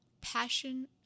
passion